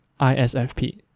ISFP